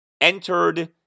entered